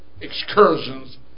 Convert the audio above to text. excursions